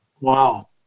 Wow